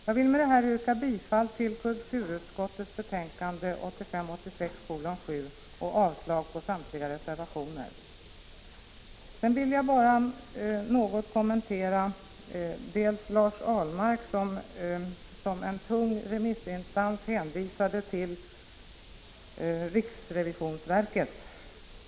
Jag yrkar bifall till hemställan i kulturutskottets betänkande 1985/86:7 och avslag på samtliga reservationer. Jag skall också något kommentera Lars Ahlmarks anförande, där han hänvisade till riksrevisionsverket som en tung remissinstans.